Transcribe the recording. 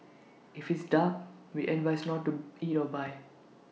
if it's dark we advise not to eat or buy